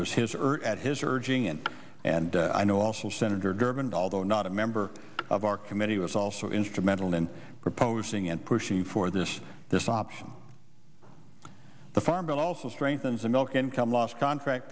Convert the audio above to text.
was his earlier at his urging it and i know also senator durbin although not a member of our committee was also instrumental in proposing and pushing for this this option the farm bill also strengthens a milk income loss contract